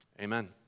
Amen